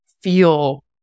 feel